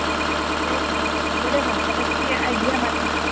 অঁ ঠিকে আছে দে হ'ব দে ভাল্কে থাক্বি আইবি আমাৰ দিশে